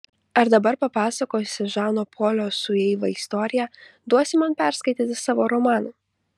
ar dabar papasakojusi žano polio su eiva istoriją duosi man perskaityti savo romaną